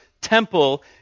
temple